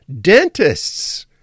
Dentists